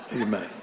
Amen